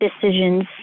decisions